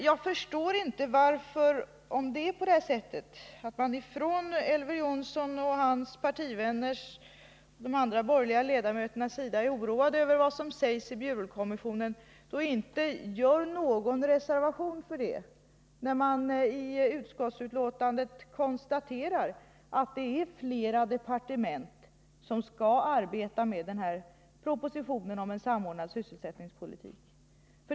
Om verkligen Elver Jonsson och hans partivänner och de andra borgerliga ledamöterna är oroade över vad som sägs av Bjurelkommissionen är det underligt att man inte gör någon reservation när man i utskottsbetänkandet konstaterar att det är flera departement som skall arbeta med denna proposition om en samordnad sysselsättningspolitik.